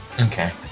Okay